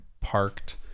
parked